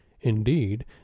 Indeed